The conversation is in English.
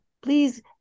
please